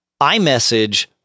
iMessage